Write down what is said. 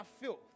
filth